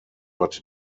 but